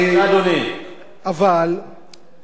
אבל המצב בישראל,